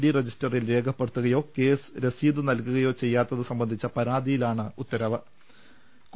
D രജിസ്റ്ററിൽ രേഖ പ്പെടുത്തുകയോ രസീത് നൽകുകയോ ചെയ്യാത്തത് സംബന്ധിച്ച പരാതിയി ലാണ് ഉത്തരവിട്ടത്